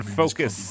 focus